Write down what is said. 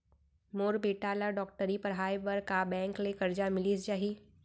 मोर बेटा ल डॉक्टरी पढ़ाये बर का बैंक ले करजा मिलिस जाही?